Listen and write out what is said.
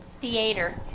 Theater